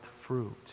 fruit